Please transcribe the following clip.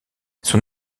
son